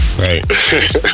right